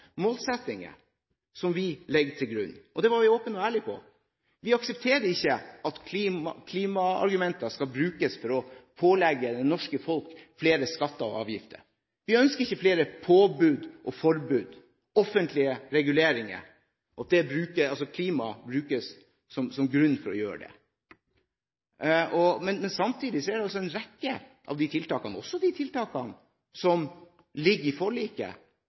målsettinger som vi legger til grunn. Det var vi åpne og ærlige om. Vi aksepterer ikke at klimaargumenter skal brukes for å pålegge det norske folk flere skatter og avgifter. Vi ønsker ikke flere påbud, forbud og offentlige reguleringer og at klimaet brukes som grunn for å komme med det. Men samtidig er det altså en rekke av tiltakene, også de tiltakene som ligger i forliket,